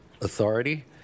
Authority